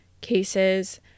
cases